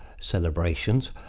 celebrations